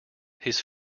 his